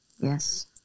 Yes